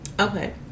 Okay